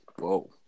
Whoa